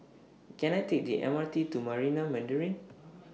Can I Take The M R T to Marina Mandarin